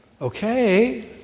Okay